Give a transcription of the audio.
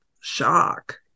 shock